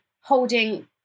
holding